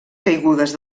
caigudes